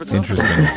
interesting